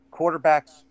quarterbacks